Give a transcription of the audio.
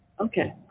okay